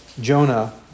Jonah